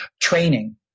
Training